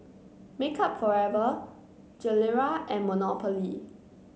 Makeup Forever Gilera and Monopoly